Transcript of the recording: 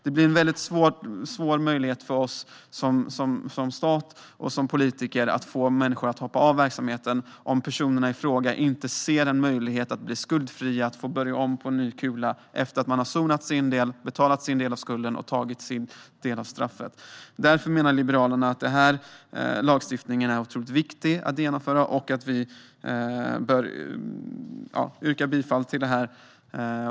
Det blir svårt för oss som stat och politiker att få någon att hoppa av om personen i fråga inte ser en möjlighet att bli skuldfri och börja om på ny kula efter att ha sonat sitt brott, betalat sin del av skulden och tagit sin del av straffet. Därför menar Liberalerna att denna lagstiftning är otroligt viktig att genomföra och att vi bör yrka bifall till detta.